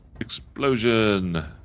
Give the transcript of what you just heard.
explosion